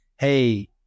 hey